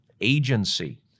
agency